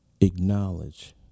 acknowledge